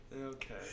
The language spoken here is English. Okay